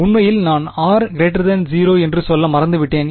உண்மையில் நான் r 0 என்று சொல்ல மறந்துவிட்டேன்